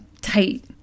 tight